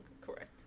correct